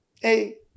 hey